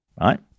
Right